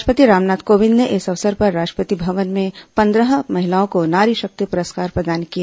राष्ट्रपति रामनाथ कोविंद ने इस अवसर पर राष्ट्रपति भवन में पंद्रह महिलाओं को नारी शक्ति पुरस्कार प्रदान किए